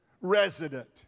resident